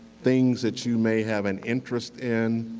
things that you may have an interest in.